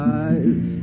eyes